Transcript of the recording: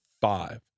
five